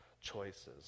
choices